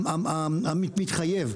המתחייב,